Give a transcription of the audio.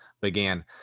began